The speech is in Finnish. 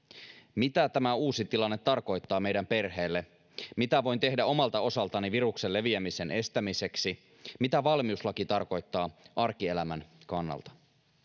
mitä tämä uusi tilanne tarkoittaa meidän perheelle mitä voin tehdä omalta osaltani viruksen leviämisen estämiseksi mitä valmiuslaki tarkoittaa arkielämän kannalta